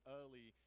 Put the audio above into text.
early